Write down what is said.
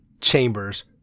Chambers